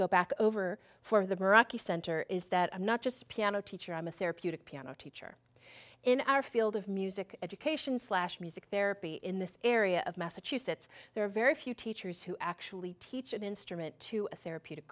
go back over for the baraki center is that i'm not just a piano teacher i'm a therapeutic piano teacher in our field of music education slash music therapy in this area of massachusetts there are very few teachers who actually teach an instrument to a therapeutic